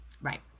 right